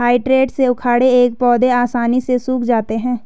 हेइ टेडर से उखाड़े गए पौधे आसानी से सूख जाते हैं